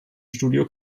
studio